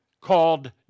called